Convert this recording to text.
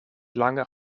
langer